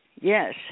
Yes